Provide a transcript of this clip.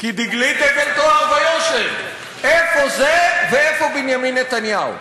"כי דגלי דגל טוהר ויושר" איפה זה ואיפה בנימין נתניהו?